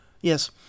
Yes